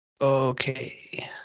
Okay